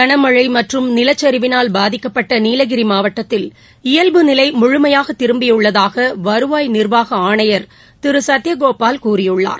களமழை மற்றும் நிலச்சிவினால் பாதிக்கப்பட்ட நீலகிரி மாவட்டத்தில் இயல்புநிலை முழுமையாக திரும்பியுள்ளதாக வருவாய் நிர்வாக ஆணையர் திரு சத்யகோபால் கூறியுள்ளார்